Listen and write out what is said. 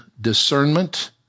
discernment